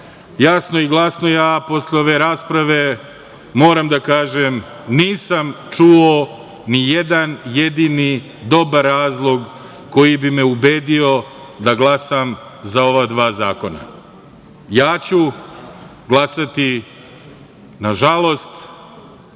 jasno i glasno, ja posle ove rasprave moram da kažem – nisam čuo ni jedan jedini dobar razlog koji bi me ubedio da glasam za ova dva zakona. Ja ću glasati, nažalost,